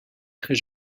très